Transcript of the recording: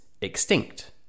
extinct